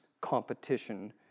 competition